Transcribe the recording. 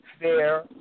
Fair